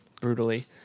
brutally